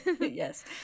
Yes